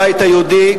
הבית היהודי.